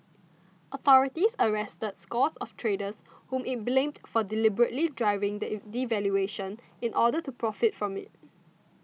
authorities arrested scores of traders whom it blamed for the deliberately driving the devaluation in order to profit from it